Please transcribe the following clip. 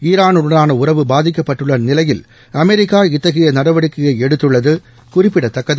ஈரானுடனான உறவு பாதிக்கப்பட்டுள்ள நிலையில் அமெரிக்கா இத்தகைய நடவடிக்கையை எடுத்துள்ளது குறிப்பிடத்தக்கது